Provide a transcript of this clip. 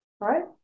Right